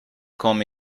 come